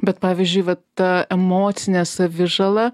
bet pavyzdžiui vat ta emocinė savižala